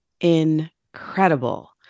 incredible